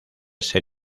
ser